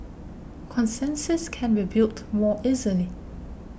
consensus can be built more easily